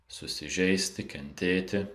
susižeisti kentėti